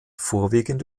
vorwiegend